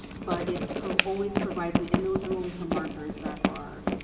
but it always provides me and those are always the markers that are